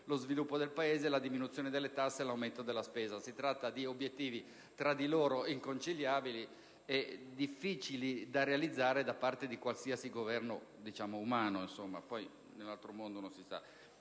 lo sviluppo del Paese, la diminuzione delle tasse e l'aumento della spesa: si tratta di obiettivi tra loro inconciliabili e difficili da realizzare da parte di qualsiasi Governo,